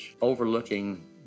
overlooking